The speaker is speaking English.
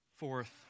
Fourth